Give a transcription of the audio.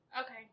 Okay